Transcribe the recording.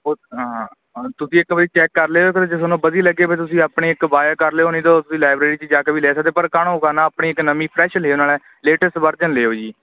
ਓ ਹਾਂ ਤੁਸੀਂ ਇੱਕ ਵਾਰ ਚੈੱਕ ਕਰ ਲਿਓ ਜੇ ਤੁਹਾਨੂੰ ਵਧੀਆ ਲੱਗੇ ਤੁਸੀਂ ਆਪਣੀ ਇੱਕ ਬਾਏ ਕਰ ਲਿਓ ਨਹੀਂ ਤਾਂ ਤੁਸੀਂ ਲਾਈਬ੍ਰੇਰੀ 'ਚ ਜਾ ਕੇ ਵੀ ਲੈ ਸਕਦੇ ਪਰ ਕਾਹਨੂੰ ਉਹ ਕਰਨਾ ਤੁਸੀਂ ਆਪਣੀ ਇੱਕ ਨਵੀਂ ਫ੍ਰੈਸ਼ ਲਿਓ ਨਾਲੇ ਲੇਟੈਸਟ ਵਰਜ਼ਨ ਲਿਓ ਜੀ